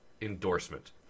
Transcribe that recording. endorsement